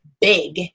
big